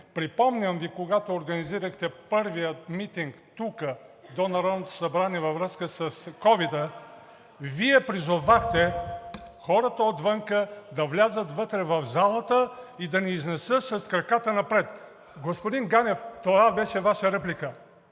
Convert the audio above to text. припомням Ви, когато организирахте първия митинг тук, до Народното събрание, във връзка с ковида, Вие призовахте хората отвън да влязат вътре в залата и да ни изнесат с краката напред. Господин Ганев, това беше Ваша реплика.